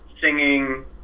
singing